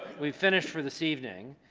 we've finished for this evening